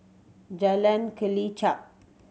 Jalan Kelichap